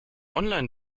online